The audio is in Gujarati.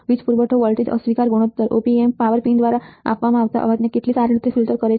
વીજ પૂરવઠો વોલ્ટેજ અસ્વીકાર ગુણોત્તર op amp પાવર પિન દ્વારા આવતા અવાજને કેટલી સારી રીતે ફિલ્ટર કરે છે